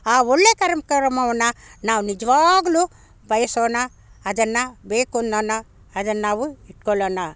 ಆ ಒಳ್ಳೆ ಕಾರ್ಯಕ್ರಮವನ್ನು ನಾವು ನಿಜವಾಗ್ಲು ಬಯಸೋಣ ಅದನ್ನು ಬೇಕು ಅನ್ನೋಣ ಅದನ್ನಾವು ಇಟ್ಕೊಳ್ಳೋಣ